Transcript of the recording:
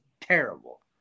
terrible